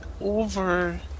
over